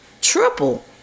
triple